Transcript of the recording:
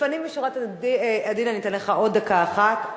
לפנים משורת הדין אני אתן לך עוד דקה אחת.